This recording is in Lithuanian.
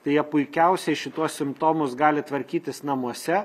tai jie puikiausiai šituos simptomus gali tvarkytis namuose